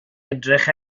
edrych